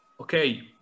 okay